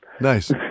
Nice